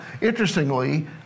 interestingly